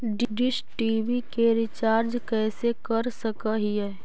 Dish TV के recharge कैसे कर सक हिय?